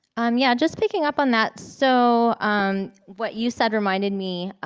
um yeah just picking up on that. so what you said reminded me ah